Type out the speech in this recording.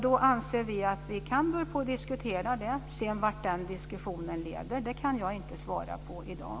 Då anser vi att vi kan börja att diskutera detta. Vart sedan diskussionen leder kan jag inte svara på i dag.